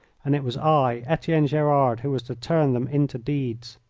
and it was i, etienne gerard, who was to turn them into deeds.